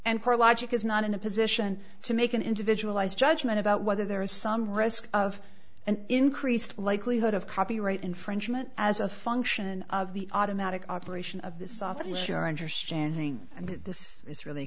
and poor logic is not in a position to make an individual ais judgment about whether there is some risk of an increased likelihood of copyright infringement as a function of the automatic operation of the software your understanding and this is really a